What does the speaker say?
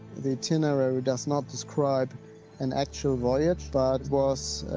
the itinerary does not describe an actual voyage but was